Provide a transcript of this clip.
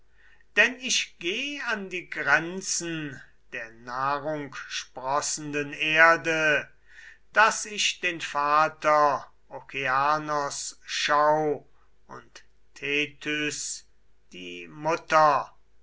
zeus ich geh an die grenzen der nahrungsprossenden erde daß ich den vater okeanos schau und thetys die mutter